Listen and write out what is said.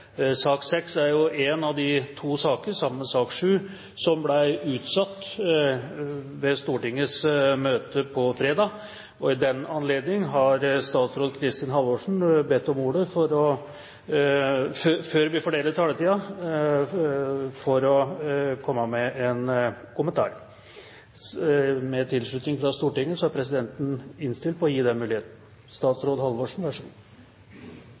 sak nr. 5 ferdigbehandlet. Sak nr. 6 er en av de to sakene, sammen med sak nr. 7, som ble utsatt ved Stortingets møte fredag. I den anledning har statsråd Kristin Halvorsen bedt om ordet, før vi fordeler taletiden, for å komme med en kommentar. – Med tilslutning fra Stortinget er presidenten innstilt på å gi